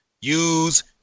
use